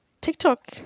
TikTok